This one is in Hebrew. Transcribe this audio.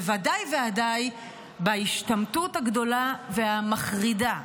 ודאי וודאי בהשתמטות הגדולה והמחרידה,